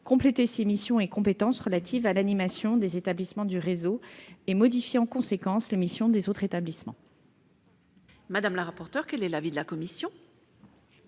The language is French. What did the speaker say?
compléter ses missions et compétences relatives à l'animation des établissements du réseau, et de modifier en conséquence les missions des autres établissements. Quel est l'avis de la commission